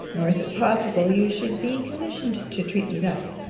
nor is it possible you should be commissioned to treat me thus.